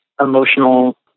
emotional